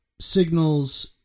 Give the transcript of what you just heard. signals